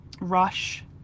rush